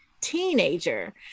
teenager